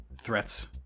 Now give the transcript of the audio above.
threats